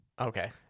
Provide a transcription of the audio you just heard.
Okay